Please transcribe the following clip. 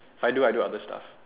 I do I do other stuff